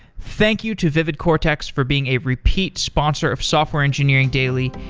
thank you to vividcortex for being a repeat sponsor of software engineering daily.